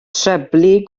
treblu